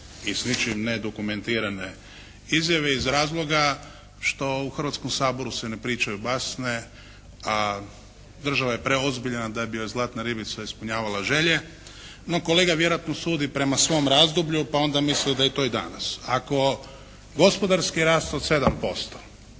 i slične nedokumentirane izjave iz razloga što u Hrvatskom saboru se ne pričaju basne a država je preozbiljna da bi joj zlatna ribica ispunjavala želje. No kolega vjerojatno sudi prema svom razdoblju pa onda misli da je to i danas. Ako gospodarski rast od 7%